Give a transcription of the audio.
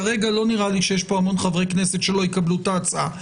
כרגע לא נראה לי שיש פה הרבה חברי כנסת שלא יקבלו את ההצעה.